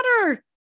water